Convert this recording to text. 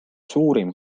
suurim